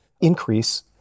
increase